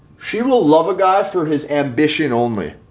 she will love a guy for his ambition only.